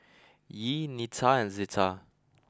Yee Neta and Zeta